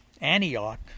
Antioch